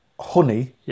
honey